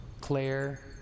Claire